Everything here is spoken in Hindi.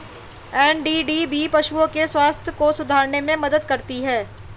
एन.डी.डी.बी पशुओं के स्वास्थ्य को सुधारने में मदद करती है